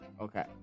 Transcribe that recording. Okay